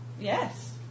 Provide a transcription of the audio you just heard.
Yes